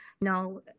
No